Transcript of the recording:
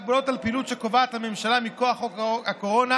הגבלות על פעילות שקובעת הממשלה מכוח חוק הקורונה,